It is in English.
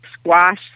squash